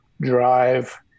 drive